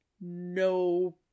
no